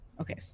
Okay